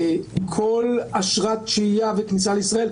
כל אשרת שהייה וכניסה לישראל,